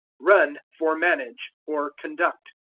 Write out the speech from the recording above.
run for manage, or conduct.